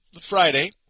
Friday